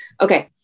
Okay